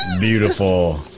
Beautiful